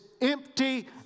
empty